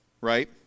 right